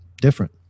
different